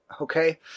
okay